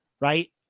right